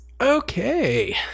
Okay